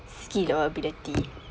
skill or ability